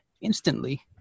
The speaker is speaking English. instantly